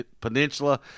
Peninsula